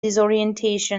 disorientation